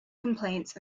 complaints